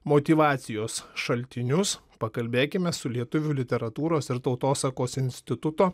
motyvacijos šaltinius pakalbėkime su lietuvių literatūros ir tautosakos instituto